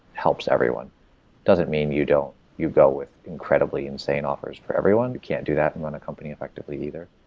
helps everyone. it doesn't mean you don't you go with incredibly insane offers for everyone. you can't do that and run a company effectively either.